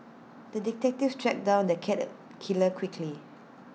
the detective tracked down the cat killer quickly